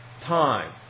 time